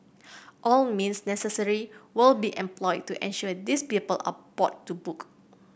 all means necessary will be employed to ensure these people are bought to book